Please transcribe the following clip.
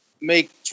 make